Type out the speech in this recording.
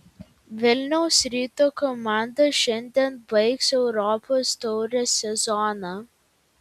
vilniaus ryto komanda šiandien baigs europos taurės sezoną